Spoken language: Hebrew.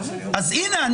אז הנה,